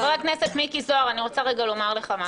חבר הכנסת מיקי זוהר, אני רוצה לומר לך משהו.